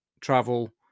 travel